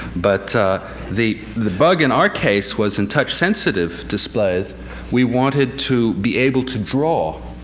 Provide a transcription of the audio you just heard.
but the the bug in our case was in touch-sensitive displays we wanted to be able to draw